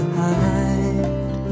hide